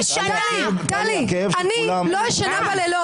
טלי, אני לא ישנה בלילות.